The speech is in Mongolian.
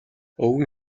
өвгөн